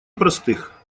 простых